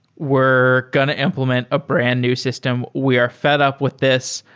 we're going to implement a brand-new system. we are fed up with this.